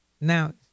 now